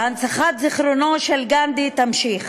והנצחת זיכרונו של גנדי תימשך,